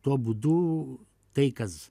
tuo būdu tai kas